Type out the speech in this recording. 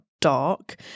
dark